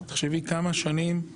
תחשבי כמה שנים,